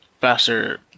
faster